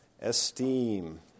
Esteem